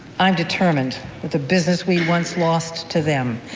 i'm determined that the business we once lost to them,